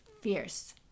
fierce